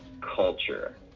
culture